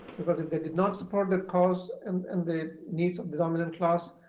because if they did not support that cause and and the needs of the dominant class,